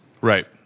Right